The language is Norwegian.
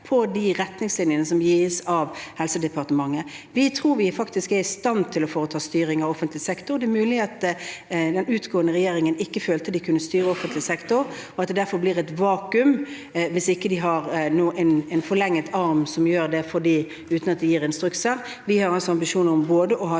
de retningslinjene som gis av Helsedepartementet. Vi tror vi faktisk er i stand til å foreta styring av den offentlige sektor. Det er mulig at den avgående regjering ikke følte at den kunne styre offentlig sektor, og at det derfor ble et vakuum hvis den ikke hadde en forlenget arm som man ga instrukser. Vi har en ambisjon om å ha